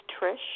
Trish